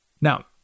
Now